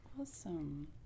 awesome